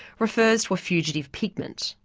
refers to a fugitive pigment,